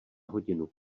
hodinu